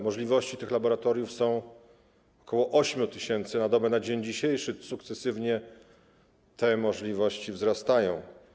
Możliwości tych laboratoriów wynoszą ok. 8 tys. na dobę na dzień dzisiejszy, sukcesywnie te możliwości wzrastają.